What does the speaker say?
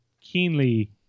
keenly